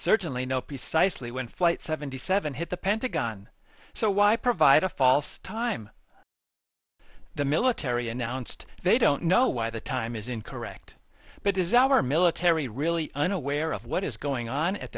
certainly know precisely when flight seventy seven hit the pentagon so why provide a false time the military announced they don't know why the time is incorrect but is our military really unaware of what is going on at